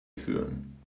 führen